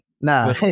Nah